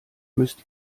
müsst